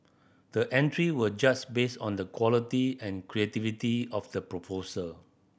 the entry were just based on the quality and creativity of the proposal